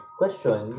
Question